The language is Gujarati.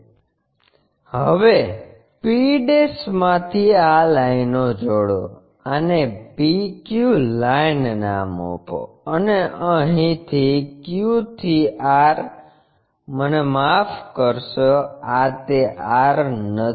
તો હવે p માંથી આ લાઈનો જોડો આને PQ લાઈન નામ આપો અને અહીંથી Q થી R મને માફ કરશો આ તે R નથી